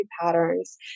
patterns